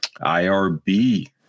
IRB